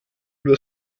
nur